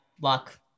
luck